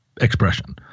expression